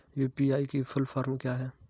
UPI की full form क्या है?